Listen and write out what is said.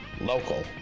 Local